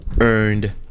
earned